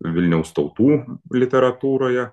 vilniaus tautų literatūroje